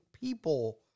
people